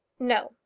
no,